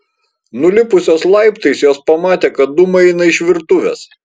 nulipusios laiptais jos pamatė kad dūmai eina iš virtuvės